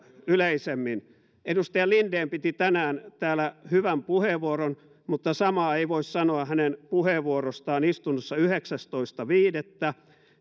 yleisemmin edustaja linden piti tänään täällä hyvän puheenvuoron mutta samaa ei voi sanoa hänen puheenvuorostaan istunnossa yhdeksästoista viidettä